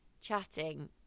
chatting